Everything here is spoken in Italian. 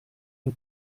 dal